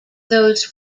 those